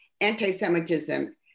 anti-Semitism